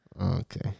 Okay